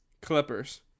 Clippers